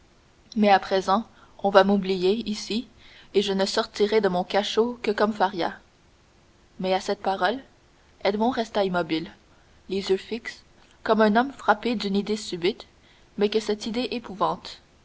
mais à présent on va m'oublier ici et je ne sortirai de mon cachot que comme faria mais à cette parole edmond resta immobile les yeux fixes comme un homme frappé d'une idée subite mais que cette idée épouvante